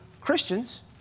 Christians